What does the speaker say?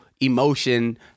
emotion